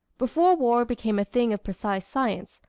before war became a thing of precise science,